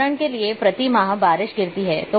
उदाहरण के लिए प्रति माह बारिश गिरती है